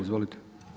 Izvolite.